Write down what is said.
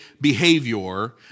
behavior